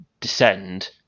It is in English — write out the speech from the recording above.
descend